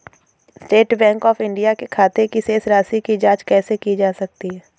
State Bank of India के खाते की शेष राशि की जॉंच कैसे की जा सकती है?